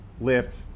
lift